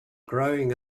growing